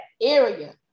area